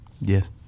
yes